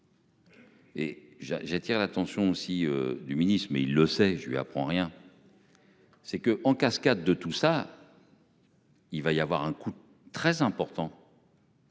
j'attire l'attention aussi du ministre-mais il le sait, je lui apprends rien. C'est que en cascade de tout ça. Il va y avoir un coût très important.